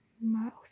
mouth